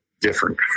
different